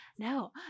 No